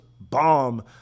bomb